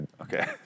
Okay